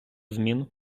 змін